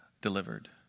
delivered